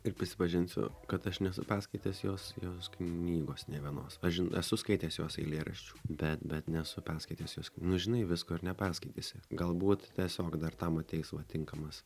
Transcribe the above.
ir prisipažinsiu kad aš nesu perskaitęs jos jos knygos nė vienos aš žin esu skaitęs jos eilėraščių bet bet nesu perskaitęs jos nu žinai visko ir neperskaitysi galbūt tiesiog dar tam ateis va tinkamas